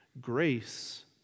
Grace